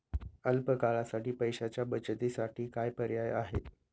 अल्प काळासाठी पैशाच्या बचतीसाठी काय पर्याय आहेत?